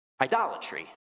idolatry